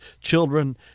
children